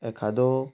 एखादो